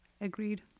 Agreed